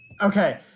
okay